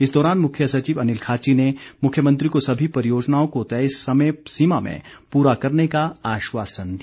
इस दौरान मुख्य सचिव अनिल खाची ने मुख्यमंत्री को सभी परियोजनाओं को तय समय सीमा में पूरा करने का आश्वासन दिया